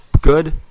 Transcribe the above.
Good